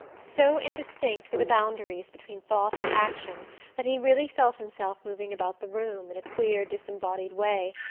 so indistinct were the boundaries between thought and action that he really felt himself moving about the room, in a queer disembodied way,